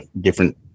different